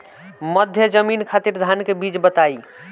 मध्य जमीन खातिर धान के बीज बताई?